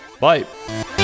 bye